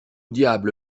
diable